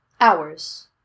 Hours